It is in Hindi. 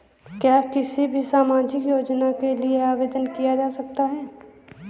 क्या किसी भी सामाजिक योजना के लिए आवेदन किया जा सकता है?